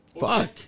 Fuck